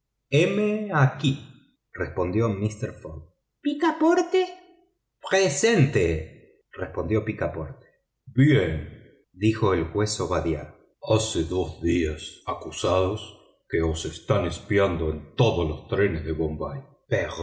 heme aquí respondió mister fogg picaporte presente respondió picaporte bien dijo el juez obadiah hace dos días acusados que os están espiando en todos los trenes de bombay